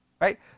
Right